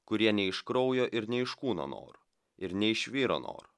kurie ne iš kraujo ir ne iš kūno norų ir ne iš vyro norų